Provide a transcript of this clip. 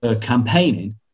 campaigning